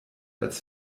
als